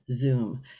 Zoom